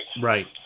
Right